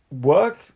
Work